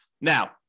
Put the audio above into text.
Now